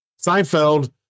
Seinfeld